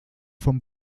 vom